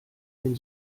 den